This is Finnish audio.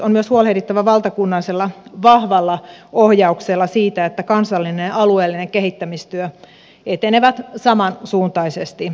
on myös huolehdittava valtakunnallisella vahvalla ohjauksella siitä että kansallinen ja alueellinen kehittämistyö etenevät samansuuntaisesti